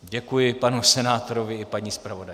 Děkuji panu senátorovi i paní zpravodajce.